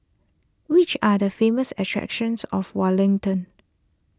which are the famous attractions of Wellington